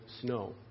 snow